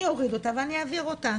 אני אוריד אותה ואני אעביר אותה